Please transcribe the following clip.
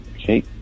okay